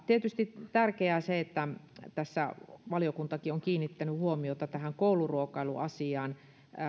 tietysti tärkeää on se että valiokuntakin on kiinnittänyt huomiota tähän kouluruokailuasiaan